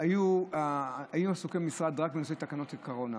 היינו עסוקים במשרד רק בנושא תקנות קורונה,